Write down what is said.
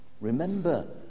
remember